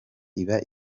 iba